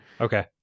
Okay